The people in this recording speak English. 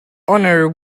honor